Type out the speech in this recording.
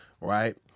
right